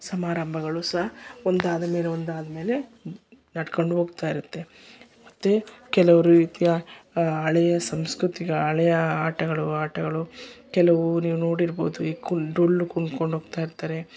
ಸಮಾರಂಭಗಳು ಸಹ ಒಂದಾದ ಮೇಲೆ ಒಂದಾದ ಮೇಲೆ ನಡ್ಕೊಂಡು ಹೋಗ್ತಾ ಇರುತ್ತೆ ಮತ್ತು ಕೆಲವರು ಇತ್ಯಾ ಹಳೆಯ ಸಂಸ್ಕೃತಿಕ ಹಳೆಯ ಆಟಗಳು ಆಟಗಳು ಕೆಲವು ನೀವು ನೋಡಿರ್ಬೋದು ಈ ಕೋ ಡೊಳ್ಳು ಕುಣ್ಕೊಂಡು ಹೋಗ್ತಾಯಿರ್ತಾರೆ